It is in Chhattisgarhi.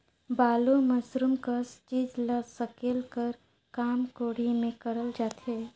बालू, मूरूम कस चीज ल सकेले कर काम कोड़ी मे करल जाथे